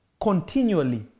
continually